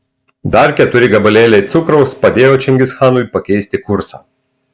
dar keturi gabalėliai cukraus padėjo čingischanui pakeisti kursą